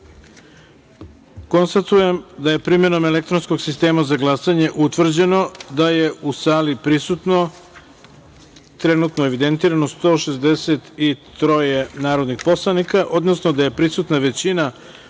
glasanje. Konstatujem da je primenom elektronskog sistema za glasanje utvrđeno da je u sali prisutno, trenutno evidentirano, 163 narodnih poslanika, odnosno da je prisutna većina